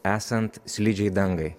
esant slidžiai dangai